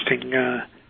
interesting